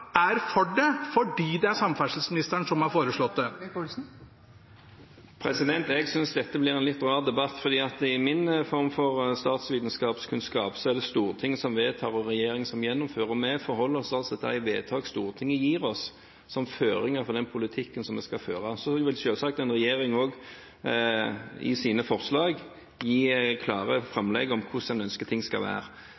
er for det fordi det er samferdselsministeren som har foreslått det? Jeg synes dette blir en litt rar debatt, for i min form for statsvitenskapskunnskap er det Stortinget som vedtar, og regjeringen som gjennomfører, og vi forholder oss til de vedtak Stortinget gir oss som føringer for den politikken som vi skal føre. Så vil selvsagt en regjering også i sine forslag gi klare framlegg om hvordan en ønsker at ting skal være.